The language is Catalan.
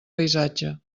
paisatge